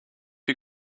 you